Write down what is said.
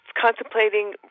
contemplating